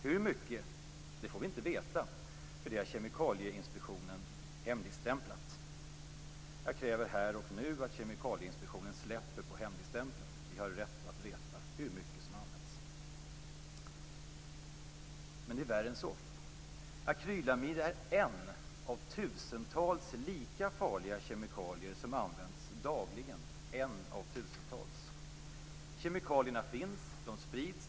Hur mycket får vi inte veta, för det har Kemikalieinspektionen hemligstämplat. Jag kräver här och nu att Kemikalieinspektionen släpper på hemligstämpeln. Vi har rätt att veta hur mycket som används. Men det är värre än så. Akrylamid är en av tusentals lika farliga kemikalier som används dagligen - en av tusentals! Kemikalierna finns. De sprids.